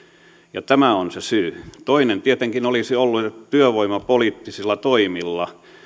ja tämä on se syy toinen tietenkin olisi ollut että työvoimapoliittisilla toimilla